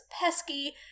pesky